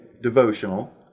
devotional